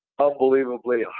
unbelievably